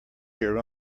your